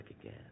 again